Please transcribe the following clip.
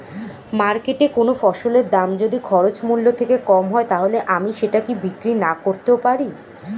মার্কেটৈ কোন ফসলের দাম যদি খরচ মূল্য থেকে কম হয় তাহলে আমি সেটা কি বিক্রি নাকরতেও পারি?